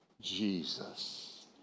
Jesus